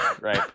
right